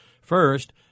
First